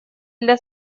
для